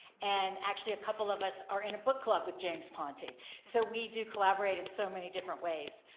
and actually a couple of us are in a book club with james ponti so we do collaborate in so many different ways.